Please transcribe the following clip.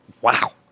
Wow